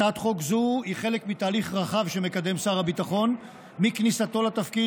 הצעת חוק זו היא חלק מתהליך רחב שמקדם שר הביטחון מכניסתו לתפקיד